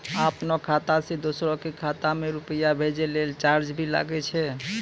आपनों खाता सें दोसरो के खाता मे रुपैया भेजै लेल चार्ज भी लागै छै?